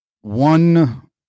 One